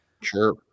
sure